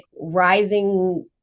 rising